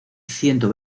ciento